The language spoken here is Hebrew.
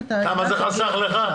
כמה זה חסך לך?